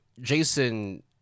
Jason